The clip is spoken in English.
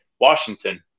Washington